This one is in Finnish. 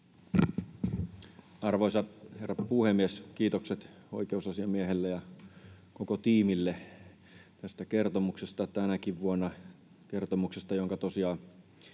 Arvoisa herra puhemies! Kiitokset oikeusasiamiehelle ja koko tiimille tästä kertomuksesta tänäkin vuonna,